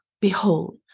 behold